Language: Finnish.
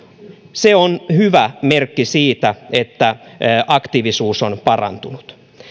se on hyvä merkki siitä että aktiivisuus on parantunut